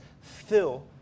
fill